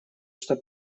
что